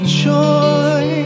joy